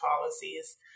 policies